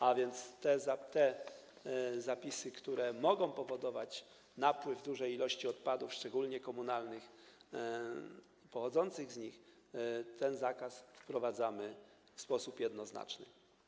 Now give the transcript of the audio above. A więc jeśli chodzi o te zapisy, które mogą powodować napływ dużej ilości odpadów, szczególnie komunalnych i pochodzących z nich, to ten zakaz wprowadzamy w sposób jednoznaczny.